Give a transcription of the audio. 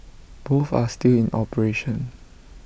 both are still in operation